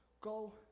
go